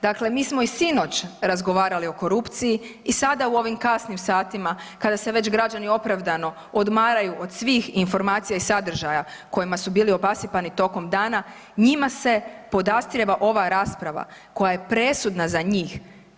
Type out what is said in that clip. Dakle, mi smo i sinoć razgovarali o korupciji i sada u ovim kasnim satima kada se već građani opravdano odmaraju od svih informacija i sadržaja kojima su bili obasipani tokom dana, njima se podastrijeva ova rasprava koja je presudna za njih.